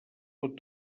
pot